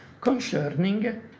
concerning